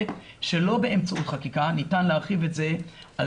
ושלא באמצעות חקיקה ניתן להרחיב את זה על